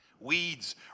weeds